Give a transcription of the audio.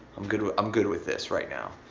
i'm good with um good with this right now.